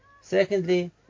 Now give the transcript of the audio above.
Secondly